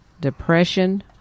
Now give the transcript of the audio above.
depression